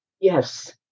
Yes